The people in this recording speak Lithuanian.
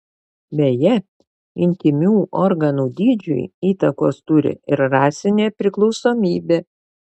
beje intymių organų dydžiui įtakos turi ir rasinė priklausomybė